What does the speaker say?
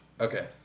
Okay